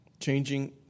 Changing